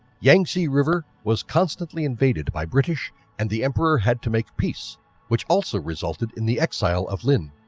yangzi river was constantly invaded by british and the emperor had to make peace which also resulted in the exile of lin.